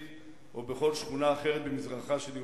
או בכל שכונה אחרת במזרחה של ירושלים,